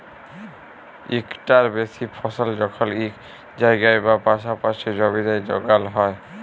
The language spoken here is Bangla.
ইকটার বেশি ফসল যখল ইক জায়গায় বা পাসাপাসি জমিতে যগাল হ্যয়